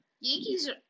Yankees